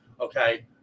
Okay